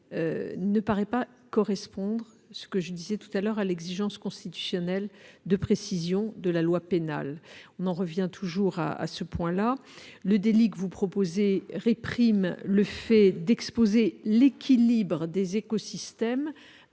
ne paraît pas correspondre à l'exigence constitutionnelle de précision de la loi pénale ; on en revient toujours à ce point. Le délit que vous proposez réprime le fait d'exposer l'équilibre des écosystèmes